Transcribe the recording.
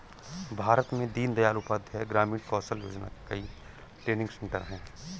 भारत में दीन दयाल उपाध्याय ग्रामीण कौशल योजना के कई ट्रेनिंग सेन्टर है